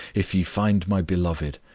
if ye find my beloved,